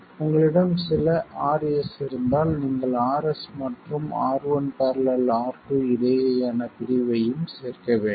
உங்களிடம் சில Rs இருந்தால் நீங்கள் Rs மற்றும் R1 ║R2 இடையேயான பிரிவையும் சேர்க்க வேண்டும்